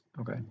Okay